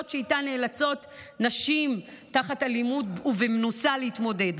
שאיתן נאלצות נשים תחת אלימות ובמנוסה להתמודד.